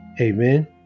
Amen